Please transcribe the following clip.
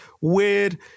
weird